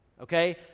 okay